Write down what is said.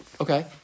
okay